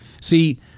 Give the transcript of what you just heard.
See